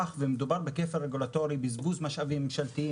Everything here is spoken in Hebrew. מדובר בכפל רגולטורי, בבזבוז משאבים ממשלתיים.